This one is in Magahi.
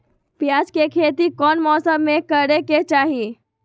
प्याज के खेती कौन मौसम में करे के चाही?